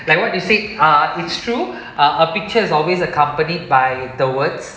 like what you said uh it's true uh a picture is always accompanied by the words